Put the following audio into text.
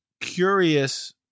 curious